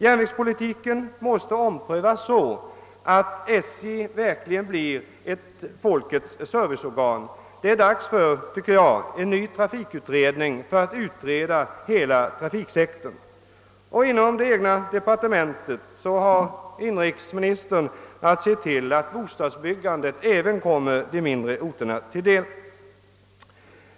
Järnvägspolitiken måste omprövas så att SJ verkligen blir ett folkets serviceorgan. Det är, tycker jag, dags för en ny trafikutredning för att utreda hela trafiksektorn. Och inom det egna departementet har inrikesministern att se till, att bostadsbyggandet även kommer de mindre orterna till del.